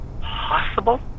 possible